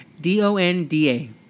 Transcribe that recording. D-O-N-D-A